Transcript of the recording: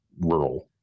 rural